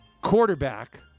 quarterback